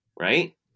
Right